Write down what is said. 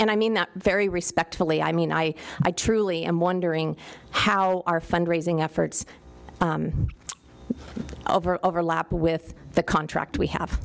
and i mean that very respectfully i mean i i truly am wondering how our fundraising efforts overlap with the contract we have